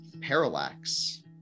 Parallax